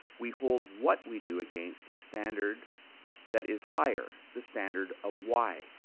we hold what we do against a standard that is higher, the standard of why.